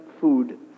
food